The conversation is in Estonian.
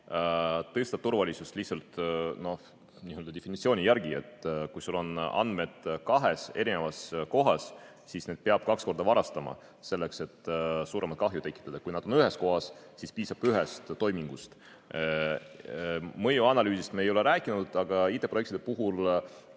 tõstab turvalisust. Kui sul on andmed kahes erinevas kohas, siis neid peab kaks korda varastama, selleks et suuremat kahju tekitada. Kui nad on ühes kohas, siis piisab ühest toimingust. Mõjuanalüüsist me ei ole rääkinud, aga IT-projektide puhul